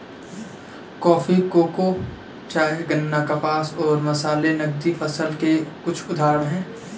coffee, cocoa, चाय, गन्ना, कपास और मसाले नकदी फसल के कुछ उदाहरण हैं